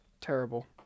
Terrible